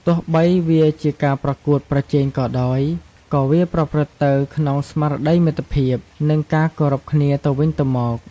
ទោះបីវាជាការប្រកួតប្រជែងក៏ដោយ ក៏វាប្រព្រឹត្តទៅក្នុងស្មារតីមិត្តភាព និងការគោរពគ្នាទៅវិញទៅមក។